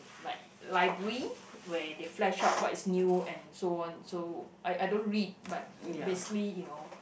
like library where they flash out what is new and so on so I I don't read but basically you know